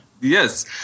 Yes